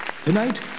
Tonight